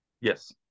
yes